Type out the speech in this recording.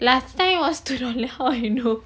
last time was two dollar how I know